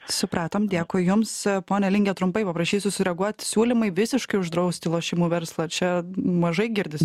supratom dėkui jums pone linge trumpai paprašysiu sureaguot siūlymai visiškai uždrausti lošimų verslą čia mažai girdisi